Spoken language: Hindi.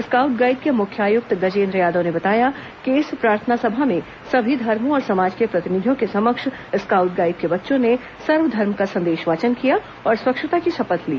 स्काउट गाईड के मुख्य आयुक्त गजेन्द्र यादव ने बताया कि इस प्रार्थना सभा में सभी धर्मो और समाज के प्रतिनिधियों के समक्ष स्काउट गाईड के बच्चों ने सर्व धर्म का संदेश वाचन किया और स्वच्छता की शपथ ली